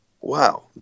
wow